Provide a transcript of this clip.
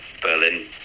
Berlin